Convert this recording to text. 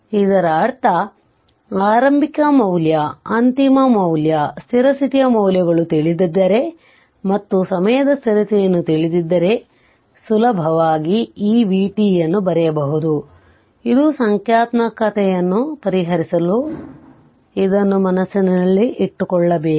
ಇದರರ್ಥ ಆರಂಭಿಕ ಮೌಲ್ಯ ಅಂತಿಮ ಮೌಲ್ಯ ಸ್ಥಿರ ಸ್ಥಿತಿಯ ಮೌಲ್ಯಗಳು ತಿಳಿದಿದ್ದರೆ ಮತ್ತು ಸಮಯದ ಸ್ಥಿರತೆಯನ್ನು ತಿಳಿದಿದ್ದರೆ ಸುಲಭವಾಗಿ e vt ಯನ್ನು ಬರೆಯಬಹುದು ಇದು ಸಂಖ್ಯಾತ್ಮಕತೆಯನ್ನು ಪರಿಹರಿಸಲು ಇದನ್ನು ಮನಸ್ಸಿನಲ್ಲಿಟ್ಟುಕೊಳ್ಳಬೇಕು